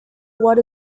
what